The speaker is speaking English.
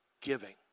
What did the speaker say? giving